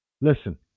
Listen